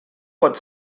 pot